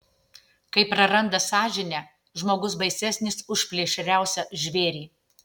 kai praranda sąžinę žmogus baisesnis už plėšriausią žvėrį